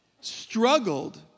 struggled